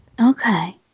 Okay